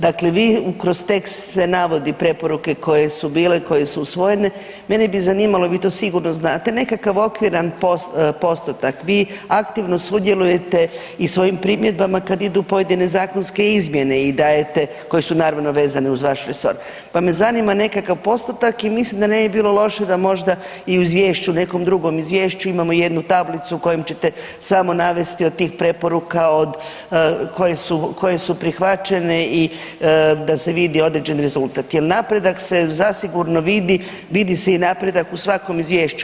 Dakle, vi kroz tekst navodi preporuke koje su bile i koje su usvojene, mene bi zanimalo vi to sigurno znate, nekakav okviran postotak vi aktivno sudjelujete i svojim primjedbama kad idu pojedine zakonske izmjene i dajete, koje su naravno vezane uz vaš resor, pa me zanima nekakav postotak i mislim da ne bi bilo loše da možda i u izvješću, u nekom drugom izvješću imamo jednu tablicu kojom ćete samo navesti od tih preporuka od koje su prihvaćene i da se vidi određeni rezultat jer napredak se zasigurno vidi, vidi se i napredak u svakom izvješću.